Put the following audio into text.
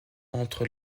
entre